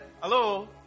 Hello